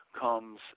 comes